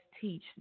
teach